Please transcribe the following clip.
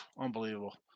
Unbelievable